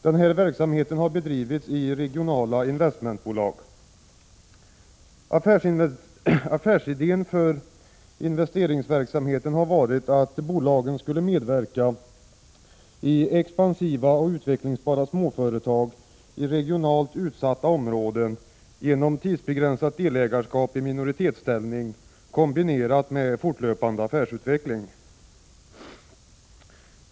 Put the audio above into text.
Denna verksamhet har bedrivits i regionala investmentbolag. Affärsidén för investeringsverksamheten har varit att bolagen skulle medverka i expansiva och utvecklingsbara småföretag i regionalt utsatta områden genom tidsbegränsat delägarskap i minoritetsställning kombinerat med fortlöpande affärsutveckling.